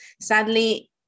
sadly